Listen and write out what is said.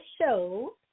show